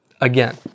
Again